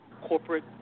corporate